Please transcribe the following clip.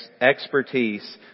expertise